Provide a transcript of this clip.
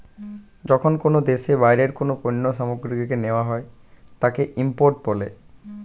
যখন কোনো দেশে বাইরের কোনো পণ্য সামগ্রীকে নেওয়া হয় তাকে ইম্পোর্ট বলে